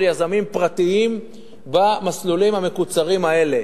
יזמים פרטיים במסלולים המקוצרים האלה.